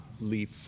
leaf